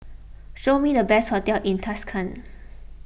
show me the best hotels in Tashkent